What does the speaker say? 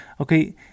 Okay